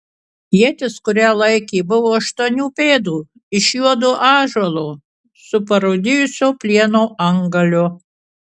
ietis kurią laikė buvo aštuonių pėdų iš juodo ąžuolo su parūdijusio plieno antgaliu